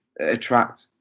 attract